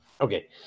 Okay